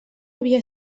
havia